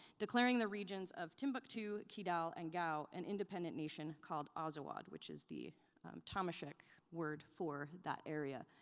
declaring the regions of timbuktu, kidal, and gao an independent nation called azawad, which is the tamasheq word for that area.